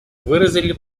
выразили